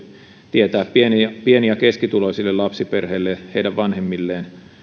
tietää pieni ja pieni ja keskituloisille lapsiperheille niiden vanhemmille